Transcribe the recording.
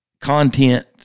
content